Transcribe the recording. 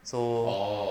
so